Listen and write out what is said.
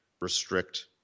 restrict